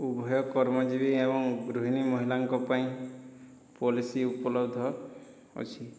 ଉଭୟ କର୍ମଯିବି ଏବଂ ଗୃହିଣୀ ମହିଳାଙ୍କ ପାଇଁ ପଲିସି ଉପଲବ୍ଧ ଅଛି